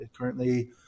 currently